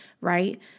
right